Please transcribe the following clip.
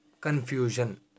confusion